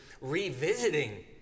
revisiting